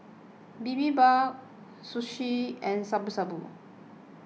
Bibimbap Zosui and Shabu Shabu